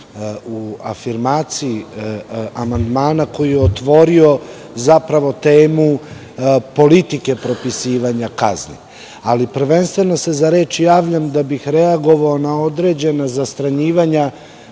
u afirmaciji amandmana koji je otvorio temu politike propisivanja kazni, ali prvenstveno se za reč javljam da bih reagovao na određena zastranjivanja